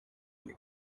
and